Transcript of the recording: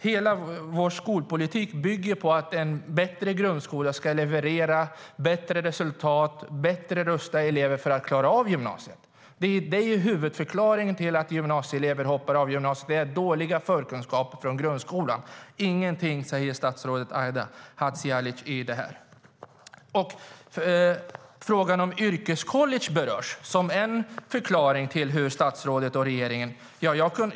Hela vår skolpolitik bygger på att en bättre grundskola ska leverera bättre resultat och ska rusta elever för att bättre klara av gymnasiet. Huvudförklaringen till att gymnasieelever hoppar av gymnasiet är dåliga förkunskaper från grundskolan. Statsrådet Aida Hadzialic säger ingenting om det i svaret. Frågan om yrkescollege berörs som en förklaring till hur statsrådet och regeringen resonerar.